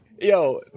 Yo